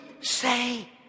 say